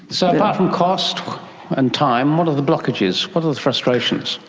so apart from cost and time, what are the blockages? what are the frustrations?